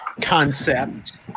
concept